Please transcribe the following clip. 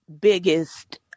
biggest